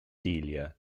delia